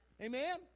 Amen